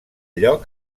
lloc